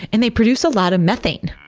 and they produce a lot of methane.